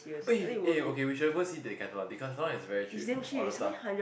eh eh okay we should go see Decathlon Decathlon is very cheap all the stuff